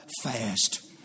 fast